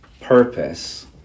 purpose